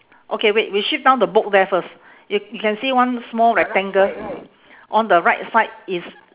okay wait we shift down the book there first you you can see one small rectangle on the right side is